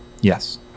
Yes